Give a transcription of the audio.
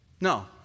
No